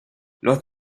los